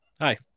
Hi